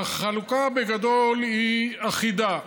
והחלוקה בגדול היא אחידה,